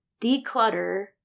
declutter